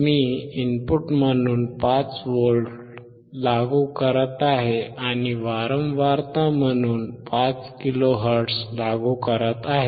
मी input म्हणून 5V लागू करत आहे आणि वारंवारता म्हणून 5 किलो हर्ट्झ लागू करत आहे